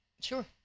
Sure